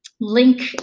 link